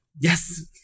Yes